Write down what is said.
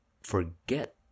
forget